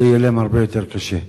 זה יהיה להן הרבה יותר קשה.